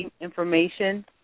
information